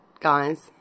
guys